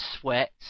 sweat